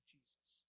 Jesus